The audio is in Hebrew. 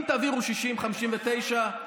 אם תעבירו 60:59, ואללה,